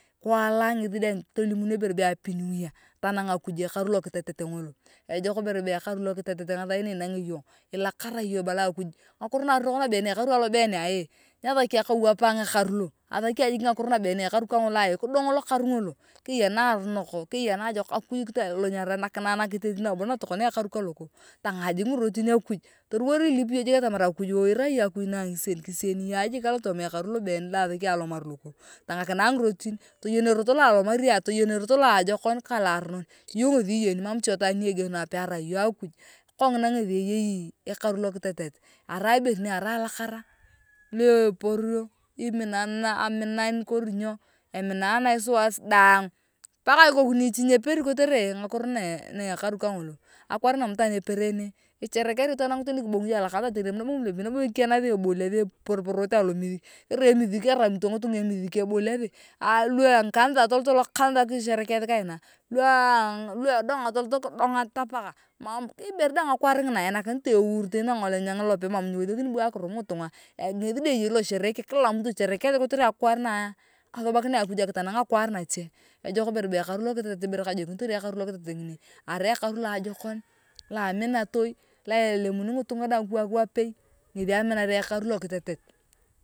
Kwaala ngethi daang tolimunio ebere be happy new year kitanang akuj ekaru lokitet ngolo ejok ibere be ekaru lokitet ngathain na enangio yong ilakara yong ibala akuj ngakiro nabeen ekaru alobeen eeee nyathaki ayong kewapa ekaru loooo athaki ayong jik ngakiro nguna kidongo lokaru ngolo kea naaronok keya naajokak akuj kitolunyarae teni nabo natokona ekaru kaloko tangaa jik ngirotin akuj toliwor ilipi yong jik atamar akuj wouu irai iyong akuj na angiseen kisieni ayong jik alotooma ekaru lobeen lokooo tangakinae bgirotia toyen erot lo atomari ayong toyen erot loajokon ka loaronon iyongi ngethi iyeni mam ichee tuan ni egeno ayong perai iyong akuj kongina ngethi iyei ekaru lokitet arai ibere nirea alakara ni epurio aminan eminanae sua daang paka ikoku niichi nyeperi kotere ngakiro na ekaru kangolo akwaar ngina emam itwaan epereno isherekeari itwaan daang teni kibongu yong alokanitha toriam nabo ngipulepi eboliathi eporoporote alo misik eramito ngitunga emusik eboliathi ani lua ngikanithae kisherekeathi kain ani lua endonga toloto kidongota pake mam ibere daang akwaar ngina eanakinitae eur teni nangolenyang ilope mam nyebuni akirum ngitunga kila mtu eyei losherehe keng kila mtu esherekereat kotere natenang akujakwar nache ejok ibere be ekaru lokitet ibere kajoikinitor ayong ekamlokitet ngethi ngini erai ekaru loajokon loa aminatoi lo elemuni ngitunga daang kiwaak wapei ngethi aminar ayong ekaru lokitet.